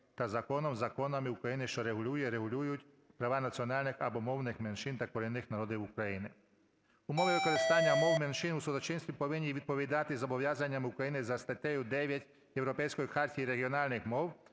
та законом (законами) України, що регулює (регулюють) права національних або мовних меншин та корінних народів України». Умовою використання мов меншин у судочинстві повинні відповідати зобов'язанням України за статтею 9 Європейської хартії регіональних мов